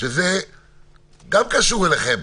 שזה דבר שגם קשור אליכם.